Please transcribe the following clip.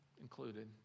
included